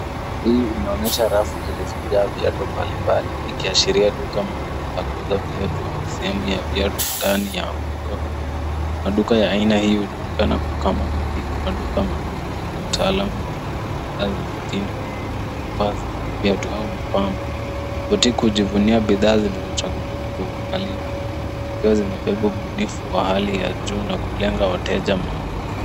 Hii inaonyesha rafu zilizojaa viatu mbalimbali, ikiashiria duka maalum la kuuza viiatu au sehemu ya viatu ndani ya duka kubwa, maduka ya aina hii hujulikana kama boutique , maduka madogo yenye utaalam wa kuuza bidhaa za mitindo kama vile, mavazi, viatu au mapambo. Boutique hujivunia bidhaa zilizochaghuliwa kwa uangalifu zikiwa zimebeba ubunifu wa hali ya juu na kulenga wateja maalum.